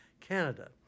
Canada